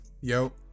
Yo